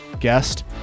guest